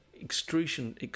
extrusion